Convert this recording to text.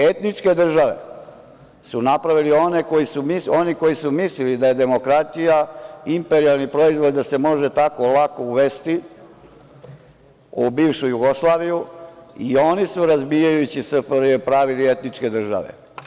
Etničke države su napravili oni koji su mislili da je demokratija imperijalni proizvod, da se može tako olako uvesti u bivšu Jugoslaviju i oni su, razbijajući SFRJ, pravili etničke države.